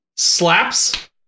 slaps